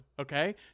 Okay